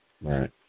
right